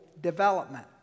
development